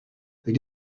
they